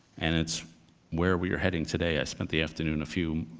and it's where we are heading today. i spent the afternoon, a few,